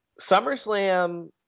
SummerSlam